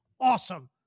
awesome